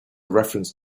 reference